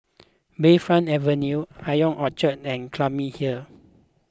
Bayfront Avenue Ion Orchard and Clunny Hill